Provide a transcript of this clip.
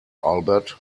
albert